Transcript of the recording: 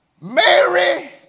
Mary